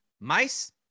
mice